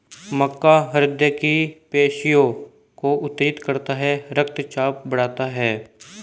मक्का हृदय की पेशियों को उत्तेजित करता है रक्तचाप बढ़ाता है